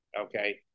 okay